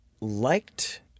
liked